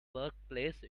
workplace